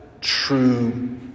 true